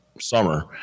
summer